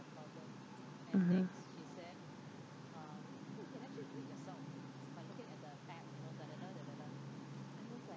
mmhmm